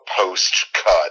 post-cut